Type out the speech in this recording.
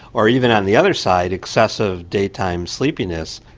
or even on the other side excessive daytime sleepiness.